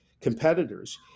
competitors